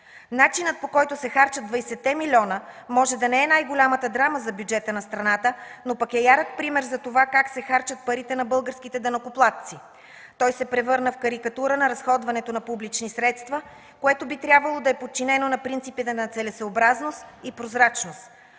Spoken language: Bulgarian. Начинът, по който се харчат 20-те милиона, може да не е най-голямата драма за бюджета на страната, но пък е ярък пример как се харчат парите на българските данъкоплатци. Той се превърна в карикатура на разходването на публични средства, което би трябвало да е подчинено на принципите на целесъобразност и прозрачност.